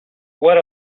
what